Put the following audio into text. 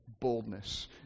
boldness